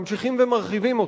ממשיכים ומרחיבים אותה,